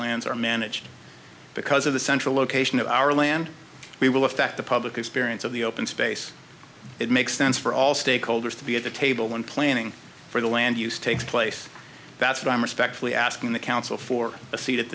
lands are managed because of the central location of our land we will affect the public experience of the open space it makes sense for all stakeholders to be at the table when planning for the land use takes place that's what i'm respectfully asking the council for a seat at